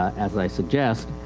as i suggest,